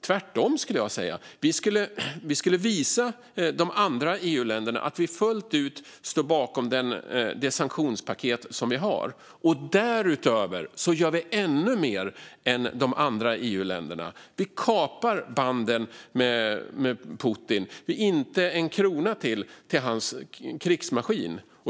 Tvärtom skulle jag säga att vi skulle visa att vi fullt ut står bakom det sanktionspaket som vi har i EU, och därutöver gör vi ännu mer än de andra EU-länderna. Vi kapar banden med Putin: Inte en krona till hans krigsmaskin!